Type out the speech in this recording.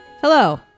Hello